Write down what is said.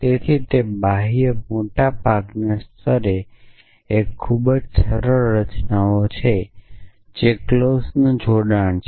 તેથી તે બાહ્ય મોટા ભાગના સ્તરે એક ખૂબ જ સરળ રચનાઓ છે જે ક્લોઝનો જોડાણ છે